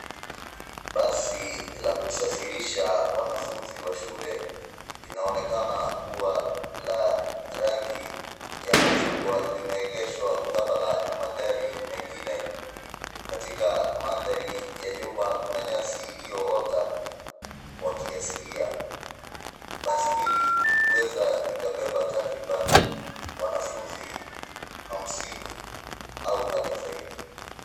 Basi la kusafirisha wanafunzi wa shule. Linaonekana kuwa la rangi ya machungwa limeegeshwa mkabala na magari mengine. Katika mandhari ya nyuma kuna nyasi iliyoota kwa kiasilia. Basi hili huweza likabeba takriban wanafunzi hamsini au hata zaidi.